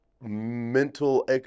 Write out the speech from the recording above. mental